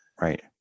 right